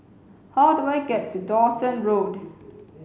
how do I get to Dawson Road